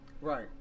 Right